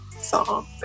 song